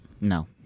no